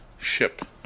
Ship